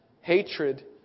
hatred